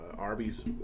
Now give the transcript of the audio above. Arby's